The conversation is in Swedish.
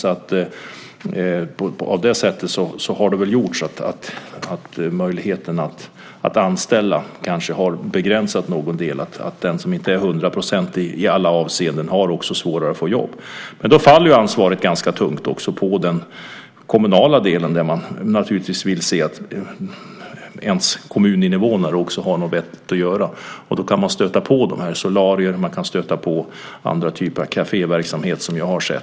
Det finns alltså sådana faktorer som har gjort så att möjligheten att anställas har begränsats. Den som inte är hundraprocentig i alla avseenden har också svårare att få jobb. Då faller ansvaret ganska tungt på den kommunala delen. Där vill man naturligtvis se att ens kommuninvånare också har något vettigt att göra. Då kan man stöta på solarier och andra typer av kaféverksamhet som jag har sett.